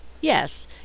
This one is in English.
Yes